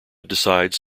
decides